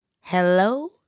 Hello